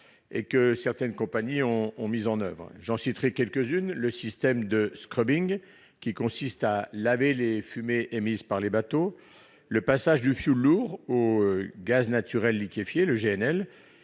Certaines compagnies les ont mises en oeuvre. J'en citerai quelques-unes : le système de, qui consiste à laver les fumées émises par les bateaux ; le passage du fioul lourd au gaz naturel liquéfié (GNL),